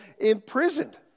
imprisoned